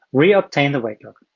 re-obtain the wake lock.